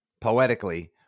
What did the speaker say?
poetically